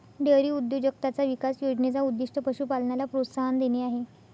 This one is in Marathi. डेअरी उद्योजकताचा विकास योजने चा उद्दीष्ट पशु पालनाला प्रोत्साहन देणे आहे